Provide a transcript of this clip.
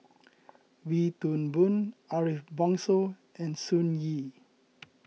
Wee Toon Boon Ariff Bongso and Sun Yee